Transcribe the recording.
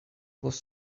was